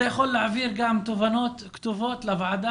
אתה יכול להעביר גם תובנות כתובות לוועדה